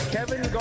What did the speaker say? Kevin